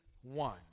one